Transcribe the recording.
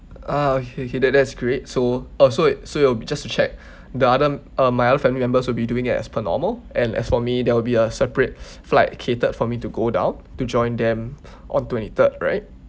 ah okay okay that that's great so oh so so it'll be just to check the other um my other family members will be doing it as per normal and as for me there will be a separate flight catered for me to go down to join them on twenty third right